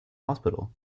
hospital